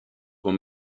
con